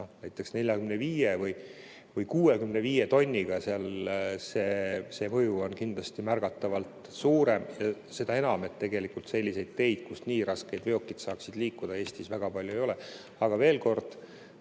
näiteks 45 või 65 tonniga, on märgatavalt suurem. Seda enam, et tegelikult selliseid teid, kus nii rasked veokid saaksid liikuda, Eestis väga palju ei ole. Aga veel kord: